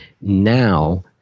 now